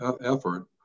effort